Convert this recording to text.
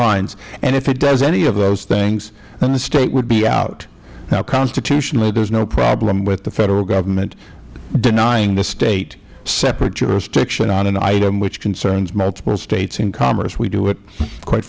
lines and if it does any of those things then the state would be out now constitutionally there is no problem with the federal government denying the state separate jurisdiction on an item which concerns multiple states in commerce we do it quite